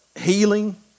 healing